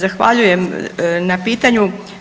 Zahvaljujem na pitanju.